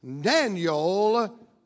Daniel